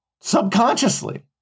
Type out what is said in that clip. subconsciously